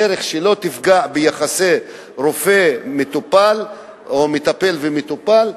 דרך שלא תפגע ביחסי רופא מטופל או מטפל מטופל.